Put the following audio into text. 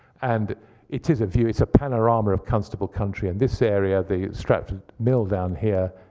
and it is a view. it's a panorama of constable country. and this area, the stratford mill down here,